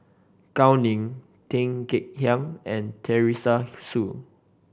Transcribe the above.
Gao Ning Tan Kek Hiang and Teresa Hsu